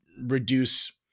reduce